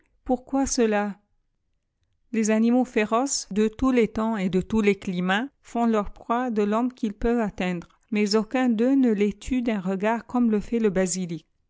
pourquoi cela le animaux féroces de tous les temps et de tous les'climats font leur proie de l'honime qu'ils peuvent atteindre mais aucim deux ne les tue d'un regard comme le foit le basilic